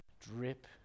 Drip